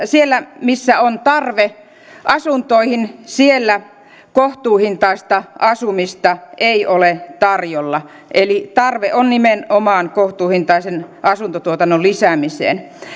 siellä missä on tarve asuntoihin kohtuuhintaista asumista ei ole tarjolla eli tarve on nimenomaan kohtuuhintaisen asuntotuotannon lisäämiseen